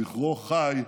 זכרו חי,